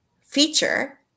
feature